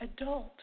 adult